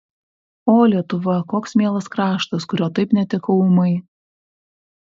o lietuva koks mielas kraštas kurio taip netekau ūmai